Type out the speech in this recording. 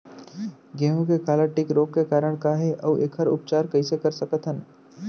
गेहूँ के काला टिक रोग के कारण का हे अऊ एखर उपचार कइसे कर सकत हन?